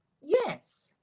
Yes